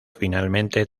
finalmente